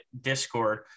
discord